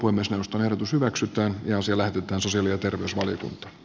uimosen nostoehdotus hyväksytään jo siellä tanssi lyö kerrosneliötä